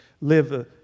live